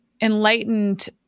enlightened